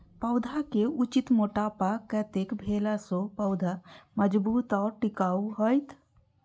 पौधा के उचित मोटापा कतेक भेला सौं पौधा मजबूत आर टिकाऊ हाएत?